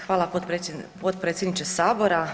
Hvala potpredsjedniče Sabora.